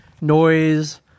noise